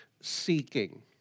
seeking